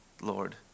Lord